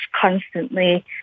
constantly